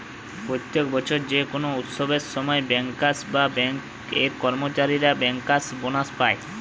প্রত্যেক বছর যে কোনো উৎসবের সময় বেঙ্কার্স বা বেঙ্ক এর কর্মচারীরা বেঙ্কার্স বোনাস পায়